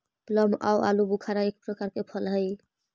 plum आउ आलूबुखारा एक प्रकार के फल हई